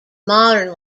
modern